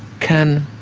can